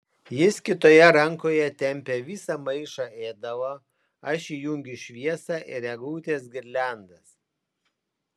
jis kitoje rankoje tempia visą maišą ėdalo aš įjungiu šviesą ir eglutės girliandas